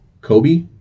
Kobe